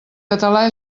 català